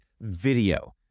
video